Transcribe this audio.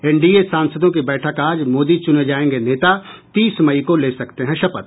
NDA सांसदों की बैठक आज मोदी चुने जायेंगे नेता तीस मई को ले सकते हैं शपथ